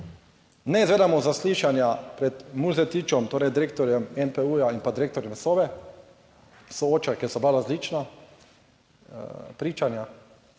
ne izvedemo zaslišanja pred Muzetičem, torej direktorjem NPU in pa direktorjem Sove sooča, ker so bila različna pričanja.